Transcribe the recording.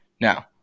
Now